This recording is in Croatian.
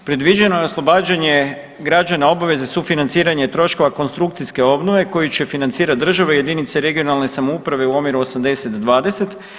Predviđeno je oslobađanje građana obaveze sufinanciranja troškova konstrukcijske obnove koji će financirati države i jedinice regionalne samouprave u omjeru 80-20.